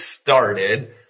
started